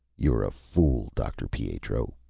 you're a fool, dr. pietro,